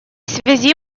связи